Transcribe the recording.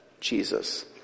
Jesus